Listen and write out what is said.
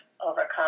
overcome